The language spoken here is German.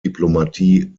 diplomatie